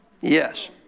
Yes